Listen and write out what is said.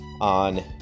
on